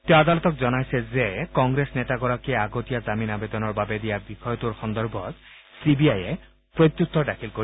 তেওঁ আদালতক জনাই যে কংগ্ৰেছ নেতাগৰাকীয়ে আগতীয়া জামিন আবেদনৰ বাবে দিয়া বিষয়টোৰ সন্দৰ্ভত চিবিআইয়ে প্ৰত্যুত্তৰ দাখিল কৰিব